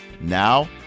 Now